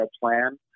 plan